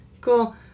Cool